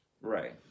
Right